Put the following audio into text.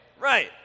Right